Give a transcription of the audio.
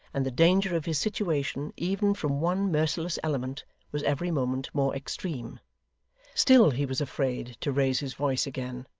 and the danger of his situation even from one merciless element was every moment more extreme still he was afraid to raise his voice again,